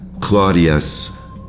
Claudius